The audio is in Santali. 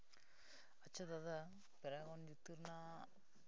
ᱟᱪᱪᱷᱟ ᱫᱟᱫᱟ ᱯᱮᱨᱟᱠᱚᱱ ᱡᱩᱛᱟᱹ ᱨᱮᱱᱟᱜ